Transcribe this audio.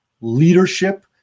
leadership